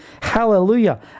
Hallelujah